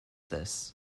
this